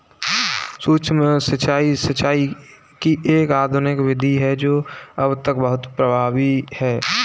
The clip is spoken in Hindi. सूक्ष्म सिंचाई, सिंचाई की एक आधुनिक विधि है जो अब तक बहुत प्रभावी है